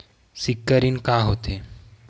सिक्छा ऋण का होथे?